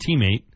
teammate